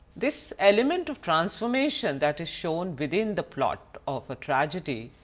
this element of transformation that is shown within the plot of a tragedy,